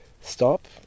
stop